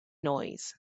noise